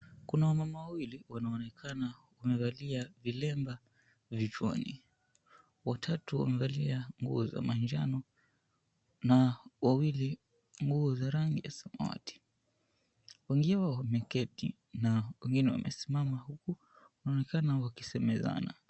Kuna wamama wawili wanaonekana wamevalia vilemba vichwani, watatu wamevalia nguo za manjano na wawili nguo za rangi ya samawati, wengine wameketi na wengine wamesimama huku wanaonekana wakisemezana.